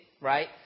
right